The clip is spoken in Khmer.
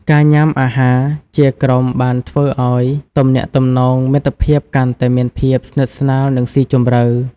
ការញ៉ាំអាហារជាក្រុមបានធ្វើឱ្យទំនាក់ទំនងមិត្តភាពកាន់តែមានភាពស្និទ្ធស្នាលនិងស៊ីជម្រៅ។